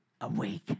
awake